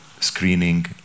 screening